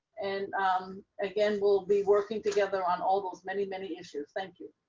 and again, we'll be working together on all those many, many issues. thank you.